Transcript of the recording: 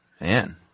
Man